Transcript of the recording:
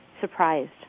surprised